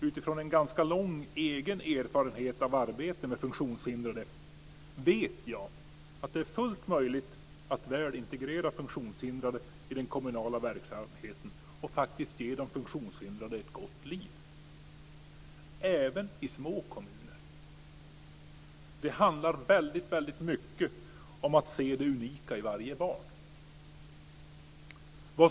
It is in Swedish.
Utifrån en ganska lång egen erfarenhet av arbete med funktionshindrade vet jag att det är fullt möjligt att väl integrera funktionshindrade i den kommunala verksamheten och faktiskt ge de funktionshindrade ett gott liv även i små kommuner. Det handlar väldigt mycket om att se det unika i varje barn.